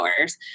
hours